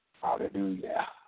Hallelujah